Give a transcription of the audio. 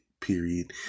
period